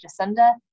Jacinda